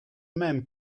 même